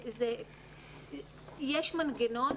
יש מנגנון.